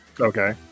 Okay